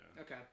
Okay